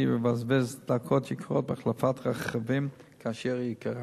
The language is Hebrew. ויבזבז דקות יקרות בהחלפת רכבים כאשר ייקרא.